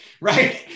right